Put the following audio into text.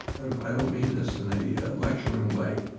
and i don't mean this in a yeah lecturing way